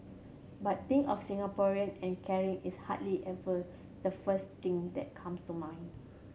but think of Singaporean and caring is hardly ever the first thing that comes to mind